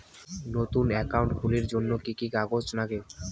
নতুন একাউন্ট খুলির জন্যে কি কি কাগজ নাগে?